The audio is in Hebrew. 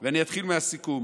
ואני אתחיל מהסיכום.